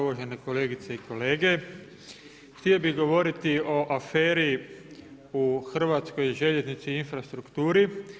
Uvažene kolegice i kolege, htio bih govoriti o aferi u Hrvatskoj željeznici i infrastrukturi.